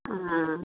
हाँ